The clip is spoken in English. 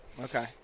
Okay